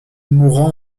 mourant